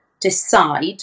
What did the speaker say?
decide